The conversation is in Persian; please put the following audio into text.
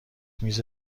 میز